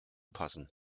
passen